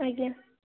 ଆଜ୍ଞା